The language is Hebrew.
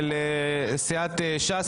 של סיעת ש"ס,